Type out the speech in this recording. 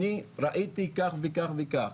אני ראיתי כך וכך וכך.